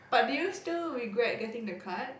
but did you still regret getting the card